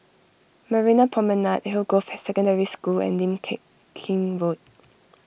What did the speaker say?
Marina Promenade Hillgrove Secondary School and Lim K Kim Road